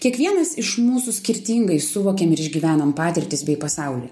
kiekvienas iš mūsų skirtingai suvokiam ir išgyvenam patirtis bei pasaulį